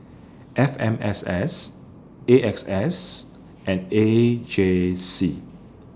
F M S S A X S and A J C